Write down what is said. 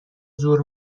زور